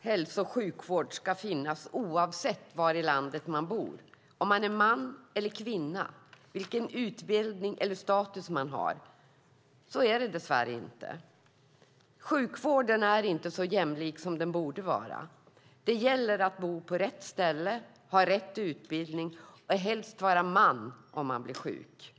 hälso och sjukvård ska finnas oavsett var i landet man bor, om man är man eller kvinna eller vilken utbildning eller status man har. Så är det dess värre inte. Sjukvården är inte så jämlik som den borde vara. Det gäller att bo på rätt ställe, ha rätt utbildning och helst vara man om man blir sjuk.